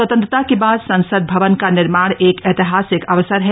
स्वतंत्रता के बाद संसद भवन का निर्माण एक ऐतिहासिक अवसर है